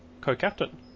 co-captain